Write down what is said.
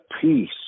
peace